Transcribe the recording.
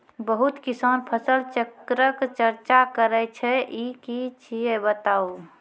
बहुत किसान फसल चक्रक चर्चा करै छै ई की छियै बताऊ?